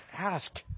ask